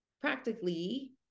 practically